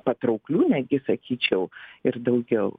patrauklių netgi sakyčiau ir daugiau